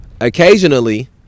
Occasionally